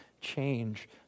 change